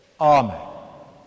Amen